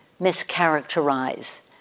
mischaracterize